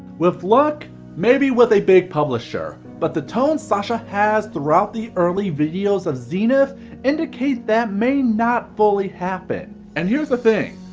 with luck maybe with a big publisher, but the tone sasha has through out the early videos of zenith indicate that may not fully happen. and here's the thing,